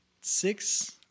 six